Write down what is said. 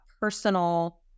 personal